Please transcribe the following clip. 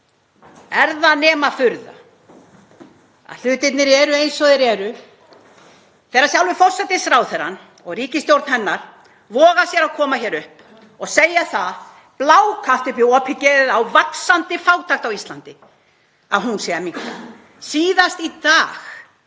Er það nema furða að hlutirnir séu eins og þeir eru þegar sjálfur forsætisráðherrann og ríkisstjórn hennar voga sér að koma hér upp og segja það blákalt upp í opið geðið á vaxandi fátækt á Íslandi að hún sé að minnka? Síðast í dag